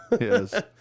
Yes